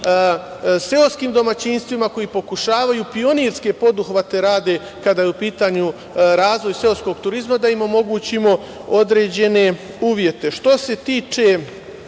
seoskim domaćinstvima koji pokušavaju, pionirske poduhvate rade kada je u pitanju razvoj seoskog turizma, da im omogućimo određene uvete. Što se tiče